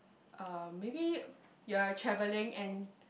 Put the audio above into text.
uh maybe you are travelling and